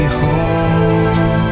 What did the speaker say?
home